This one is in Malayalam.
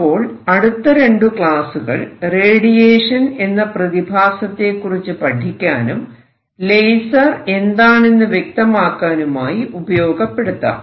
അപ്പോൾ അടുത്ത രണ്ടു ക്ലാസുകൾ റേഡിയേഷൻ എന്ന പ്രതിഭാസത്തെക്കുറിച്ച് പഠിക്കാനും ലേസർ എന്താണെന്ന് വ്യക്തമാക്കാനുമായി ഉപയോഗപ്പെടുത്താം